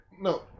No